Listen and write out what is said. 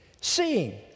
Seeing